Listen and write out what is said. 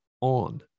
on